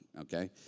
okay